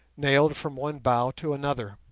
nailed from one bough to another,